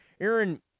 Aaron